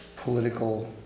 political